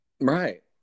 Right